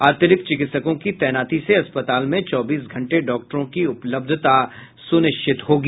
अतिरिक्त चिकित्सकों की तैनाती से अस्पताल में चौबीस घंटे डॉक्टरों की उपलब्धता सुनिश्चित होगी